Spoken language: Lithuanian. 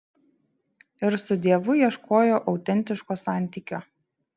ir su dievu ieškojo autentiško santykio